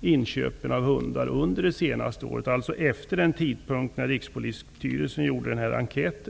inköpen av hundar under det senaste året, alltså efter den tidpunkt då Rikspolisstyrelsen gjorde sin enkät.